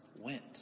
went